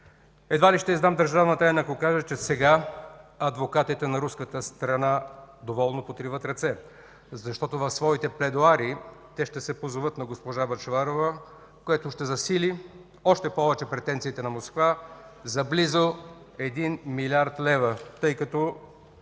Едва ли ще издам държавна тайна ако кажа, че сега адвокатите на руската страна доволно потриват ръце, защото в своите пледоарии ще се позоват на госпожа Бъчварова, което ще засили още повече претенциите на Москва за близо 1 млрд. лв., тъй като